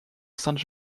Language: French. sainte